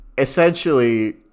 Essentially